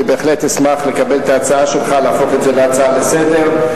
אני בהחלט אשמח לקבל את ההצעה שלך להפוך את זה להצעה לסדר-היום,